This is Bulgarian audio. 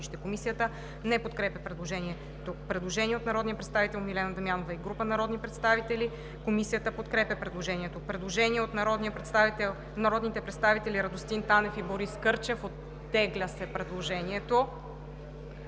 Комисията не подкрепя предложението. Предложение от народния представител Милена Дамянова и група народни представители. Комисията подкрепя предложението. Предложение от нароните представители Радостин Танев и Борис Кърчев. Предложението